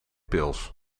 pils